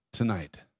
Tonight